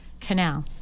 canal